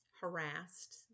harassed